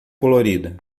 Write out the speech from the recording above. colorida